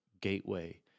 gateway